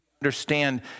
understand